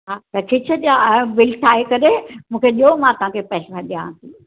हा त ठीकु सां बिल ठाहे करे मूंखे ॾियो मां पैसा ॾियांव थी